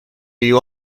you